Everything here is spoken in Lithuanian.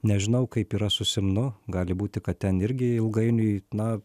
nežinau kaip yra su simnu gali būti kad ten irgi ilgainiui na